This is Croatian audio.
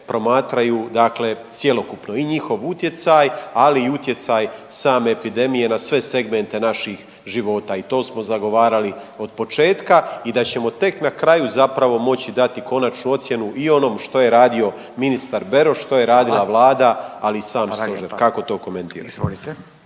promatraju dakle cjelokupno. I njihov utjecaj, ali i utjecaj same epidemije na sve segmente naših života. I to smo zagovarali od početka i da ćemo tek na kraju zapravo moći dati konačnu ocjenu i o onom što je radio ministar Beroš, što je radila Vlada …/Upadica: Hvala./… ali i sam